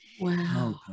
Wow